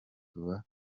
tuba